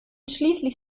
schließlich